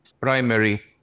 primary